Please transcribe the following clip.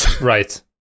right